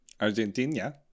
argentina